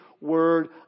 Word